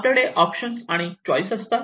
आपल्याकडे ऑप्शन आणि चॉईस असतात